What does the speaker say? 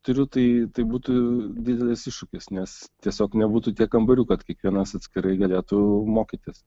turiu tai tai būtų didelis iššūkis nes tiesiog nebūtų tiek kambarių kad kiekvienas atskirai galėtų mokytis